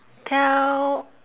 tell